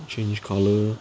change colour